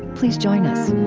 please join us.